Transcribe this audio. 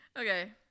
Okay